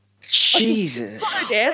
Jesus